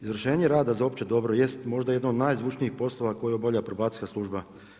Izvršenje rada za opće dobro jest možda jedno od najzvučnijih poslova koju obavlja Probacijska služba.